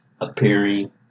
appearing